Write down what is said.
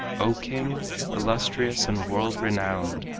o king, illustrious and world-renowned!